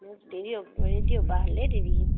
দেৰি হ'ব ৰেডি হ'বা আহলেই দেৰি